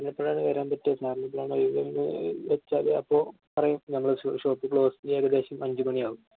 ഇന്നെപ്പോഴാണ് വരാൻ പറ്റുക സാറിന് എപ്പോഴാണ് ഒഴിവെന്ന് വെച്ചാല് അപ്പോള് പറയൂ ഞങ്ങള് ഷോപ്പ് ക്ലോസ് ചെയ്യാന് ഏകദേശം അഞ്ച് മണിയാകും